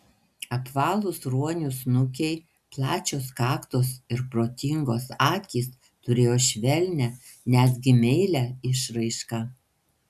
apvalūs ruonių snukiai plačios kaktos ir protingos akys turėjo švelnią netgi meilią išraišką